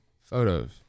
photos